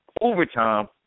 Overtime